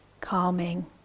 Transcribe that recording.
calming